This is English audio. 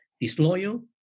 disloyal